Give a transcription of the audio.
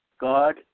God